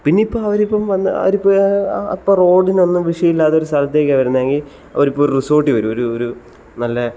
പിന്നെ ഇപ്പം അവരിപ്പം വന്നാൽ അവരിപ്പം അപ്പം റോഡിനൊന്നും വിഷയമില്ലാത്തൊരു സ്ഥലത്തേക്കാണ് വരുന്നതെങ്കിൽ അവരിപ്പം ഒരു റിസോർട്ടിൽ വരും ഒരു ഒരു നല്ല